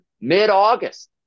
mid-August